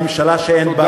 בממשלה שאין בה,